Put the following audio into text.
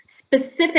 specific